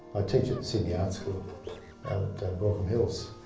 i teach at sydney art school out at baulkham hills.